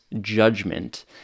judgment